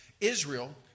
Israel